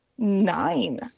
nine